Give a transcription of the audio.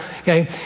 okay